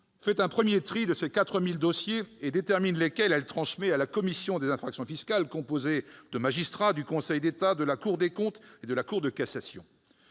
fait un premier tri entre ces 4 000 dossiers et détermine ceux qu'elle transmet à la commission des infractions fiscales, composée de magistrats du Conseil d'État, de la Cour des comptes et de la Cour de cassation.